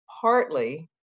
Partly